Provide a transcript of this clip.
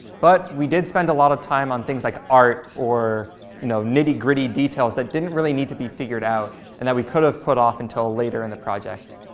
but we did spend a lot of time on things like art or you know nitty gritty details that didn't really need to be figured out and that we could have put off until later in the project.